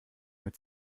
mit